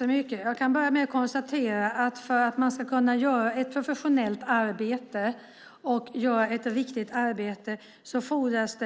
Herr talman! Jag kan börja med att konstatera att för att man ska kunna göra ett professionellt och riktigt arbete fordras